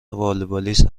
والیبالیست